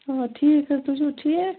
آ ٹھیٖک حظ تُہۍ چھُو ٹھیٖک